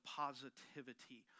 positivity